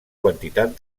quantitat